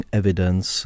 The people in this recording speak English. evidence